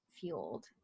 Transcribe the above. fueled